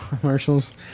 commercials